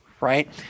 right